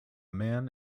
man